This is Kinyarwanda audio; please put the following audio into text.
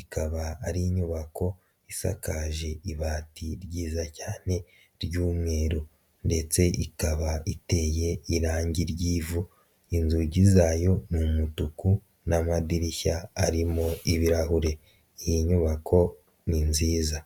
ikaba ari inyubako isakaje ibati ryiza cyane ry'umweru ndetse ikaba iteye irangi ry'ivu inzugi zayo ni umutuku n'amadirishya arimo ibirahure, iyi nyubako ni nziza.